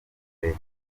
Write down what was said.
leta